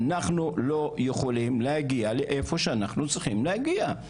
אנחנו לא יכולים להגיע לאיפה שאנחנו צריכים להגיע.